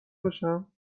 بشم